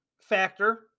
factor